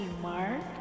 Mark